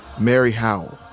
mary howell,